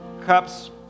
cups